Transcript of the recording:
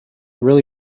really